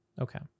okay